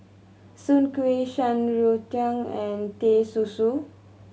Soon Kuih Shan Rui Tang and Teh Susu